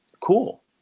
Cool